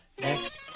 next